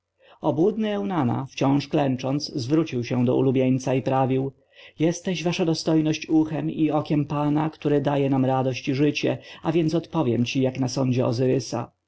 obłudny eunana wciąż klęcząc zwrócił się do ulubieńca i prawił jesteś wasza dostojność uchem i okiem pana który daje nam radość i życie a więc odpowiem ci jak na